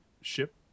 ship